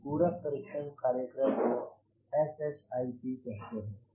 इस पूरक परीक्षण कार्यक्रम को SSIP कहते हैं